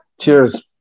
cheers